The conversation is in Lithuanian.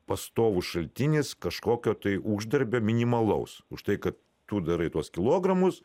pastovus šaltinis kažkokio tai uždarbio minimalaus užtai kad tu darai tuos kilogramus